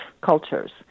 cultures